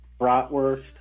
bratwurst